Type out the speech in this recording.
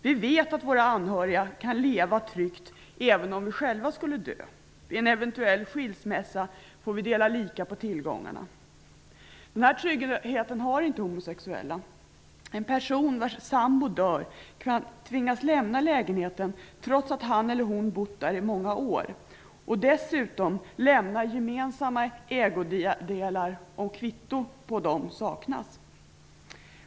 Vi vet att våra anhöriga kan leva tryggt även om vi själva skulle dö. Vid en eventuell skilsmässa får vi dela lika på tillgångarna. Den här tryggheten har inte homosexuella. En person vars sambo dör kan tvingas lämna lägenheten, trots att han eller hon har bott där i många år. Dessutom får gemensamma ägodelar lämnas om kvitto på dem saknas.